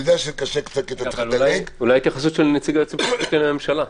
אולי נשמע התייחסות של היועץ המשפטי לממשלה.